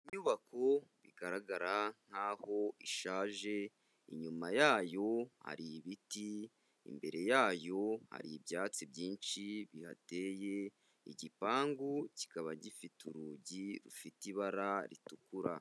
Inyubako bigaragara nk'aho ishaje, inyuma yayo hari ibiti, imbere yayo hari ibyatsi byinshi bihateye, igipangu kikaba gifite urugi rufite ibara ritukura.